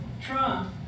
Trump